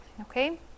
okay